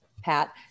Pat